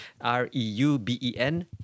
R-E-U-B-E-N